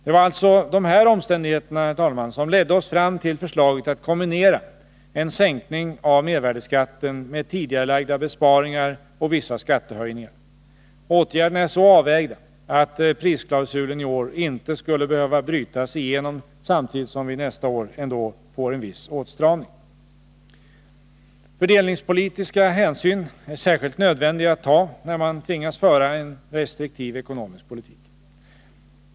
Det var alltså de här omständigheterna, herr talman, som ledde oss fram till förslaget att kombinera en sänkning av mervärdeskatten med tidigarelagda besparingar och vissa skattehöjningar. Åtgärderna är så avvägda att prisklausulen i år inte skulle behöva brytas igenom, samtidigt som vi nästa år ändå får en viss åtstramning. Fördelningspolitiska hänsyn är särskilt nödvändiga att ta, när man tvingas föra en restriktiv ekonomisk politik.